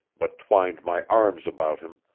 but twined my arms about him,